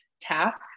task